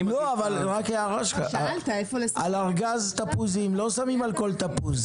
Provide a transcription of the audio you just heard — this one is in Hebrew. לא מסמנים על הדג, מסמנים איפה שהמחיר.